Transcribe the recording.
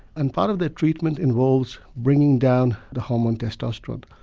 and part of that treatment involves bringing down the hormone testosterone.